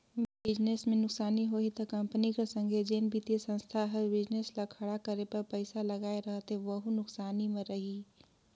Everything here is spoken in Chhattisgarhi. बिजनेस में नुकसानी होही ता कंपनी कर संघे जेन बित्तीय संस्था हर बिजनेस ल खड़ा करे बर पइसा लगाए रहथे वहूं नुकसानी में रइही